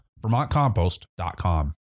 vermontcompost.com